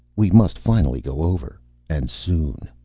we must finally go over and soon.